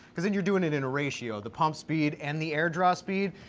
cause then you're doin it in a ratio. the pump speed and the air draw speed,